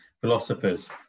philosophers